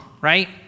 right